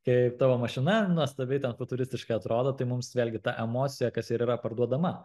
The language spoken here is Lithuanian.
kaip tavo mašina nuostabiai ten futuristiškai atrodo tai mums vėlgi ta emocija kas ir yra parduodama